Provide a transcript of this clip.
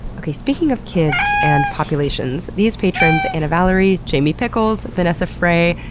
okay speaking of kids and populations, these patrons anna vallery, jamie pickles, vanessa frey,